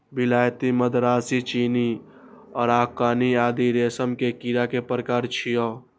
विलायती, मदरासी, चीनी, अराकानी आदि रेशम के कीड़ा के प्रकार छियै